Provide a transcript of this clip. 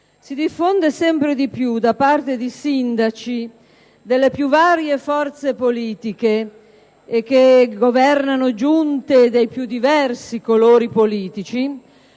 esperienza diretta) da parte dei sindaci delle più varie forze politiche e che governano giunte dei più diversi colori politici